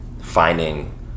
finding